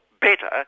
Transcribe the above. better